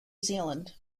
zealand